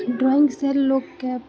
drawing से लोकके